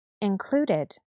included